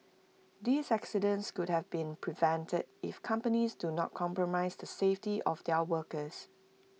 these accidents could have been prevented if companies do not compromise the safety of their workers